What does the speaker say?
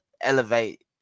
elevate